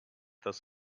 das